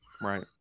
right